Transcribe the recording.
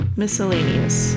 miscellaneous